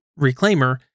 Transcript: reclaimer